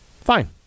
fine